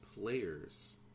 players